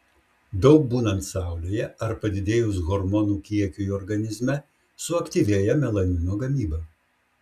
daug būnant saulėje ar padidėjus hormonų kiekiui organizme suaktyvėja melanino gamyba